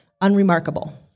unremarkable